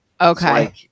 Okay